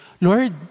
Lord